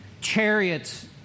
chariots